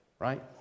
Right